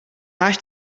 máš